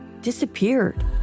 disappeared